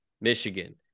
Michigan